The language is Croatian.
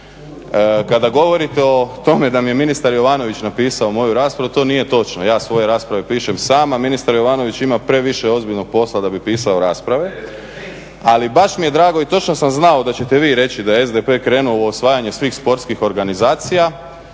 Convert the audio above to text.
Kada govorite o tome da mi je ministar Jovanović napisao moju raspravu, to nije točno, ja svoje rasprave pišem sam a ministar Jovanović ima previše ozbiljnog posla da bi pisao rasprave. Ali baš mi je drago i točno sam znao da ćete vi reći da je SDP krenuo u osvajanje svih sportskih organizacija